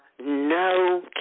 no